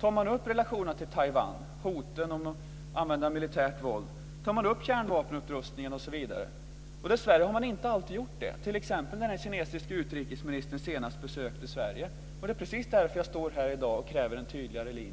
Tar man upp relationerna till Taiwan och hoten om att använda militärt våld? Tar man upp kärnvapenupprustningen osv.? Dessvärre har man inte alltid gjort det, t.ex. när den kinesiska utrikesministern senast besökte Sverige. Det är precis därför jag står här i dag och kräver en tydligare linje.